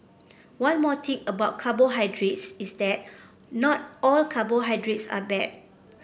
one more thing about carbohydrates is that not all carbohydrates are bad